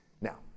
Now